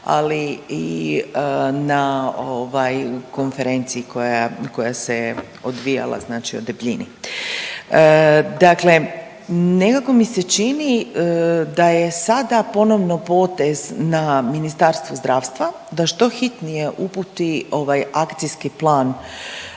ali i na ovaj konferenciji koja, koja se je odvijala znači o debljini. Dakle nekako mi se čini da je sada ponovno potez na Ministarstvu zdravstva da što hitnije uputi ovaj akcijski plan